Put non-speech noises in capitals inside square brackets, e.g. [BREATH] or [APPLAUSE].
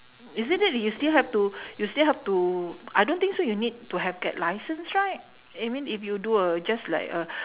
isn't that you still have to [BREATH] you still have to I don't think so you need to have get license right I mean if you do a just like a [BREATH]